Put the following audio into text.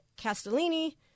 Castellini